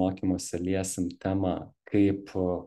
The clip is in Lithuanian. mokymuose liesim temą kai